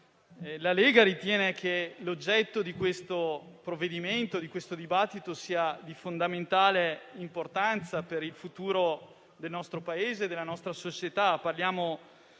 la Lega ritiene che l'oggetto di questo provvedimento e di questo dibattito sia di fondamentale importanza per il futuro del nostro Paese e della nostra società. Parliamo